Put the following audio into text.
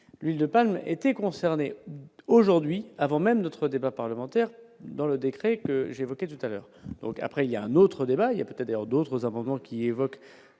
huile de palme étaient concernés aujourd'hui avant même notre débat parlementaire dans le décret, j'ai évoqué tout à l'heure après il y a un autre débat il y a peut-être vers d'autres amendements qui évoque